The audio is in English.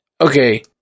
Okay